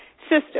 system